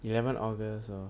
eleven august lor